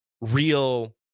real